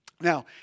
Now